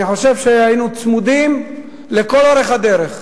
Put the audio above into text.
אני חושב שהיינו צמודים לכל אורך הדרך.